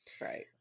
Right